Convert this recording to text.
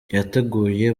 yateguye